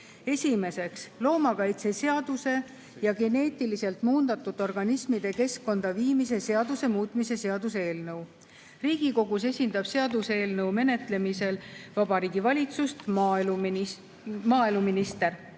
Esimeseks, loomakaitseseaduse ja geneetiliselt muundatud organismide keskkonda viimise seaduse muutmise seaduse eelnõu. Riigikogus esindab seaduseelnõu menetlemisel Vabariigi Valitsust maaeluminister.